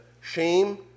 shame